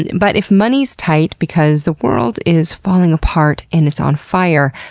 but, if money's tight because the world is falling apart and it's on fire,